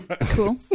cool